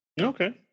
Okay